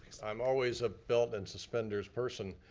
i'm always a belt and suspenders person,